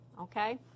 okay